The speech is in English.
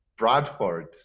Bradford